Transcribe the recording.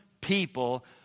people